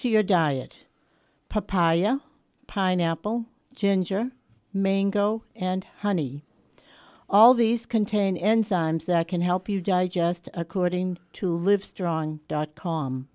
to your diet papaya pineapple ginger mango and honey all these contain enzymes that can help you digest according to live strong dot com